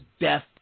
death